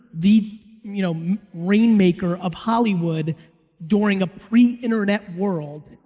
the you know rainmaker of hollywood during a pre-internet world,